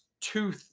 two